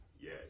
Yes